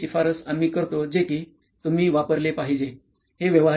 याची शिफारस आम्ही करतो जे कि तुम्ही वापरले पाहिजे